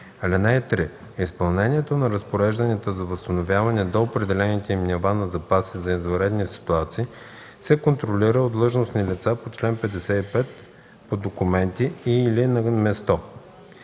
нива. (3) Изпълнението на разпорежданията за възстановяване до определените им нива на запаси за извънредни ситуации се контролира от длъжностни лица по чл. 55 по документи и/или на място.